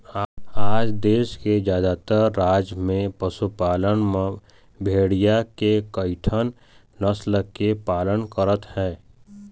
आज देश के जादातर राज म पशुपालक मन भेड़िया के कइठन नसल के पालन करत हे